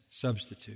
substitute